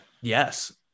yes